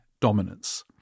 dominance